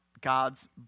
God's